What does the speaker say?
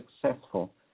successful